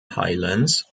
highlands